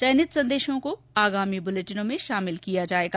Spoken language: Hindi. चयनित संदेशों को आगामी बुलेटिनों में शामिल किया जाएगा